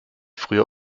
früher